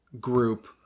group